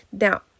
Now